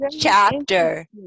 chapter